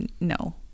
no